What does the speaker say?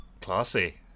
Classy